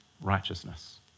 righteousness